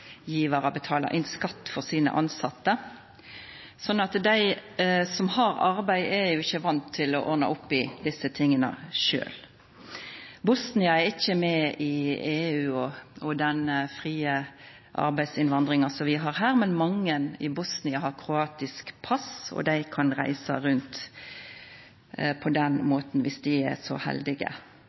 inn skatt for sine tilsette, slik at dei som har arbeid, er ikkje vande til å ordna opp i desse tinga sjølve. Bosnia er ikkje med i EU og den frie arbeidsinnvandringa som vi har her, men mange i Bosnia har kroatisk pass, og dei kan reisa rundt på den måten dersom dei er så heldige.